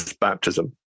baptism